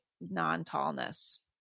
non-tallness